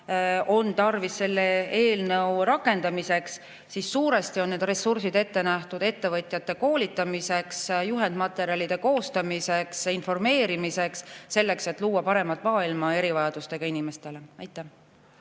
on tarvis selle eelnõu rakendamiseks, siis suuresti on need ressursid ette nähtud ettevõtjate koolitamiseks, juhendmaterjalide koostamiseks, informeerimiseks, selleks et luua paremat maailma erivajadustega inimestele. Aitäh